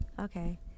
Okay